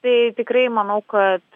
tai tikrai manau kad